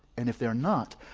and if they are not,